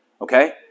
okay